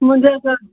मुंहिंजा सर